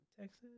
Texas